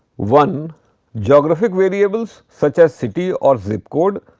one geographic variables such as, city or zip code,